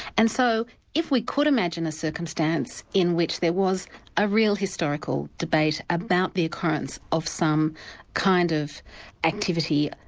and so if we could imagine a circumstance in which there was a real historical debate about the occurrence of some kind of activity